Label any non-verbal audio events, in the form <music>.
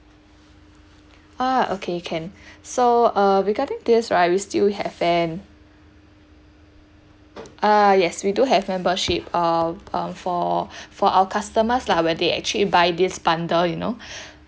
ah okay can <breath> so uh regarding this right we still have them uh yes we do have membership uh um for <breath> for our customers lah when they actually buy this bundle you know <breath>